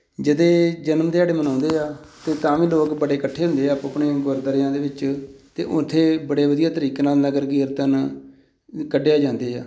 ਜਿਹਦੇ ਜਨਮ ਦਿਹਾੜੇ ਮਨਾਉਂਦੇ ਆ ਅਤੇ ਤਾਂ ਵੀ ਲੋਕ ਬੜੇ ਇਕੱਠੇ ਹੁੰਦੇ ਆ ਆਪੋ ਆਪਣੇ ਗੁਰਦੁਆਰਿਆਂ ਦੇ ਵਿੱਚ ਅਤੇ ਉੱਥੇ ਬੜੇ ਵਧੀਆ ਤਰੀਕੇ ਨਾਲ ਨਗਰ ਕੀਰਤਨ ਕੱਢਿਆ ਜਾਂਦਾ ਆ